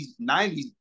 90s